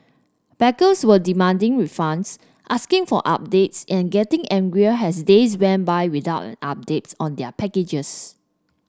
backers were demanding refunds asking for updates and getting angrier as days went by without an update on their packages